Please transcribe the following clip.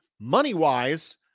money-wise